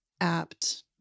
apt